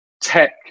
tech